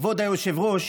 כבוד היושב-ראש,